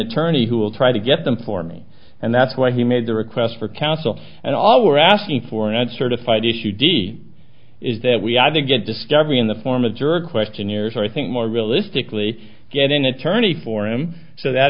attorney who will try to get them for me and that's why he made the request for counsel and all we're asking for an uncertified issue d is that we have to get discovery in the form of jury questionnaires i think more realistically get an attorney for him so that